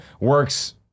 works